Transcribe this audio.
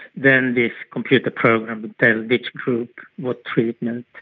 then this computer program would tell each group what treatment,